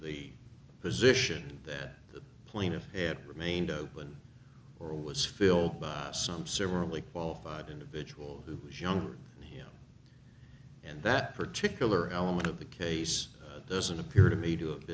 the position that the plaintiff had remained open or was filled by some several a qualified individual who was younger than him and that particular element of the case doesn't appear to me to have